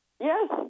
Yes